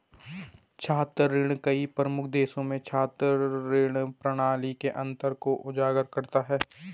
छात्र ऋण कई प्रमुख देशों में छात्र ऋण प्रणाली के अंतर को उजागर करता है